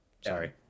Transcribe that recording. Sorry